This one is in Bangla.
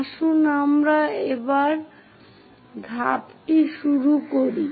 আসুন আমরা আবার ধাপটি শুরু করি